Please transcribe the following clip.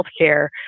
healthcare